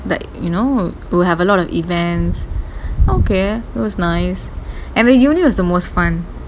like you know will have a lot of events okay it was nice and then uni was the most fun